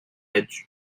edge